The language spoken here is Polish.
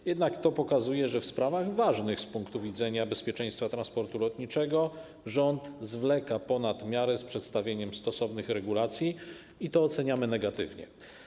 To jednak pokazuje, że w sprawach ważnych z punktu widzenia bezpieczeństwa transportu lotniczego rząd zwleka ponad miarę z przedstawieniem stosownych regulacji, i to oceniamy negatywnie.